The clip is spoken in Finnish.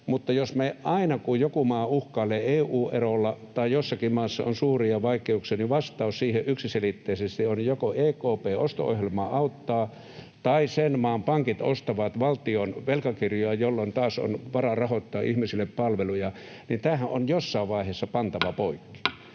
Mutta jos aina, kun joku maa uhkailee EU-erolla tai joissakin maissa on suuria vaikeuksia, vastaus siihen yksiselitteisesti on, että joko EKP:n osto-ohjelma auttaa tai sen maan pankit ostavat valtion velkakirjoja, jolloin taas on varaa rahoittaa ihmisille palveluja, niin tämähän on jossain vaiheessa pantava poikki.